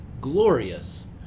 glorious